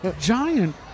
giant